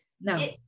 No